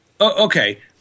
Okay